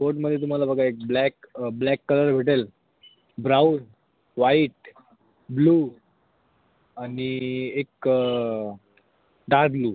कोटमध्ये तुम्हाला बघा एक ब्लॅक ब्लॅक कलर भेटेल ब्राऊन वाईट ब्लू आणि एक डार्क ब्लू